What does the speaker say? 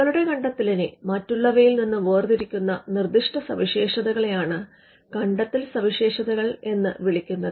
നിങ്ങളുടെ കണ്ടെത്തലിനെ മറ്റുള്ളവയിൽ നിന്ന് വേർതിരിക്കുന്ന നിർദ്ദിഷ്ട സവിശേഷതകളെയാണ് കണ്ടെത്തൽ സവിശേഷതകൾ എന്ന് വിളിക്കുന്നത്